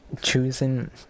choosing